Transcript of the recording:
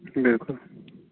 بِلکُل